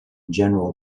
general